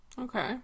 Okay